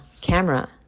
camera